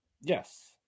Yes